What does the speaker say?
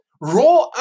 raw